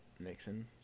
nixon